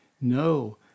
No